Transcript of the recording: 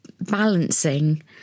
balancing